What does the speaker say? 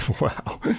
wow